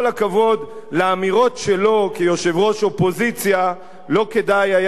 לאמירות שלו כיושב-ראש אופוזיציה לא כדאי היה להתייחס אף פעם